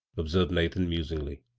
ob served nathan, musingly.